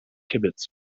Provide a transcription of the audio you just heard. kibbutz